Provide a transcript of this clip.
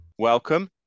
Welcome